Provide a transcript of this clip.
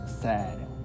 sad